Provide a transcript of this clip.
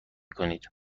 کنید